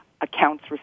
accounts